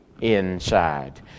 inside